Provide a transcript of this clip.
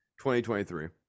2023